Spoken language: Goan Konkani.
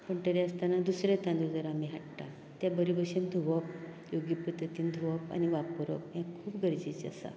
पूण तरी आसतना आमी दुसरें तांदूळ आमी जर हाडटात तें बरें भशेन धुवप योग्य बद्दतीन धुवप आनी वापरप हे खूब गरजेचे आसा